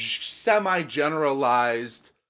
semi-generalized